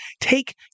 take